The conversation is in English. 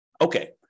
Okay